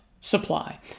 supply